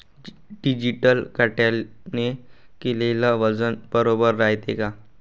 Digital काट्याने केलेल वजन बरोबर रायते का?